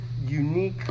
unique